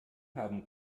haben